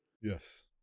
Yes